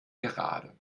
gerade